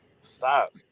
Stop